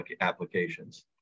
applications